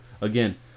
again